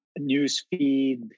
newsfeed